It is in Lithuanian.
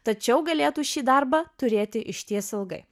tačiau galėtų šį darbą turėti išties ilgai